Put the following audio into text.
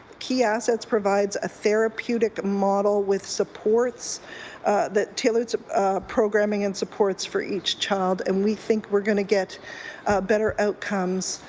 key assets provides a therapeutic model with supports that tailor programming and supports for each child. and we think we're going to get better outcomes